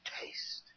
taste